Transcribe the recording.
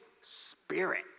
Spirit